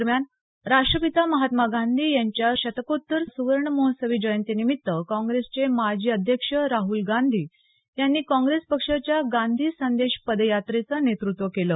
दरम्यान राष्ट्रपिता महात्मा गांधी यांच्या शतकोत्तर सुवर्णमहोत्सवी जयंतीनिमित्त काँग्रेसचे माजी अध्यक्ष राहुल गांधी यांनी काँग्रेस पक्षाच्या गांधी संदेश पदयात्रेचं नेतृत्व केलं